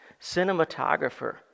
cinematographer